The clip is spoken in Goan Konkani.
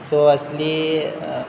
सो आसली